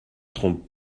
trompe